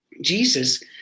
Jesus